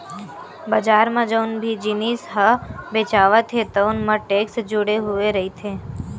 बजार म जउन भी जिनिस ह बेचावत हे तउन म टेक्स जुड़े हुए रहिथे